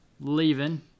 leaving